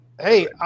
hey